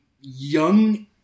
Young